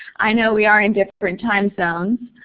i know we are in different time zones.